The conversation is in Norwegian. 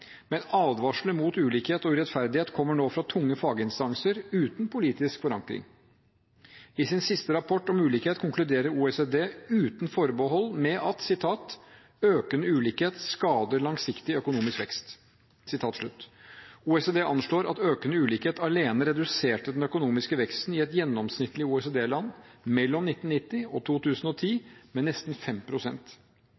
men advarsler mot ulikhet og urettferdighet kommer nå fra tunge faginstanser uten politisk forankring. I sin siste rapport om ulikhet konkluderer OECD uten forbehold med at økende ulikhet skader langsiktig økonomisk vekst. OECD anslår at økende ulikhet alene reduserte den økonomiske veksten i et gjennomsnittlig OECD-land mellom 1990 og 2010